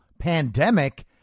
pandemic